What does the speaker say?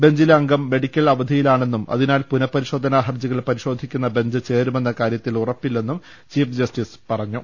ബെഞ്ചിലെ അംഗം മെഡിക്കൽ അവധിയിലാണെന്നും അതിനാൽ പുനഃപരിശോധനാ ഹർജികൾ പരിശോധിക്കുന്ന ബെഞ്ച് ചേരുമെന്നുകാര്യത്തിൽ ഉറപ്പില്ലെന്നും ചീഫ് ജസ്റ്റിസ് പറഞ്ഞു